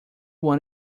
one